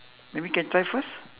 maybe can try first